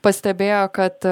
pastebėjo kad